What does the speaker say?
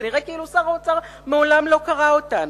ונראה כאילו שר האוצר מעולם לא קרא אותן: